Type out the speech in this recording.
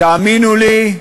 תאמינו לי,